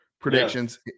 predictions